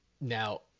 Now